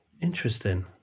Interesting